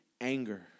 anger